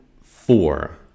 four